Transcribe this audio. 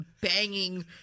banging